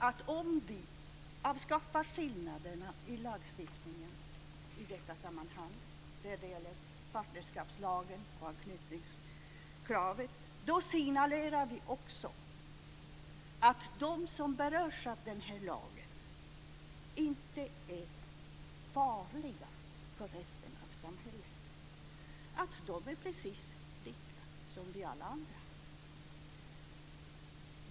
Om vi avskaffar skillnaderna i lagstiftningen i detta sammanhang - det gäller alltså partnerskapslagen och anknytningskravet - signalerar vi också att de som berörs av den här lagen inte är farliga för resten av samhället, att de är precis som alla vi andra.